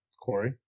Corey